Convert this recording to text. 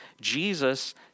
Jesus